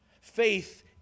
Faith